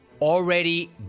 already